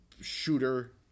shooter